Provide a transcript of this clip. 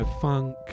funk